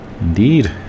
Indeed